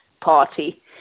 party